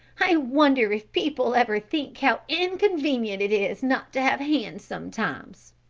i wonder if people ever think how inconvenient it is not to have hands sometimes.